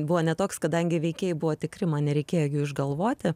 buvo ne toks kadangi veikėjai buvo tikri man nereikėjo jų išgalvoti